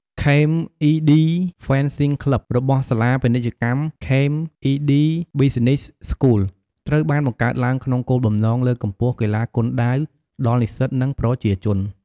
ខេមអុីឌី ហ្វេនសុីង ក្លឺប របស់សាលាពាណិជ្ជកម្ម ខេមអុីឌី ប៑ីសុីនីស៍ ស្កូល ត្រូវបានបង្កើតឡើងក្នុងគោលបំណងលើកកម្ពស់កីឡាគុនដាវដល់និស្សិត និងប្រជាជនកម្ពុជា។